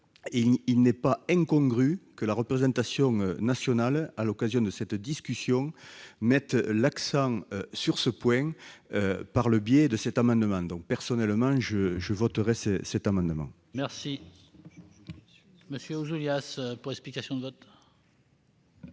il n'est pas incongru que la représentation nationale, à l'occasion de cette discussion, mette l'accent sur ce point par le biais de cet amendement. Personnellement, je le voterai. La parole est à M. Pierre Ouzoulias, pour explication de vote.